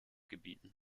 gebieten